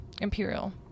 imperial